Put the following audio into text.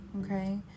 okay